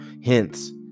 hints